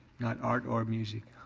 not art or music.